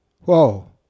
Whoa